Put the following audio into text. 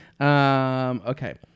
Okay